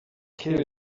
kill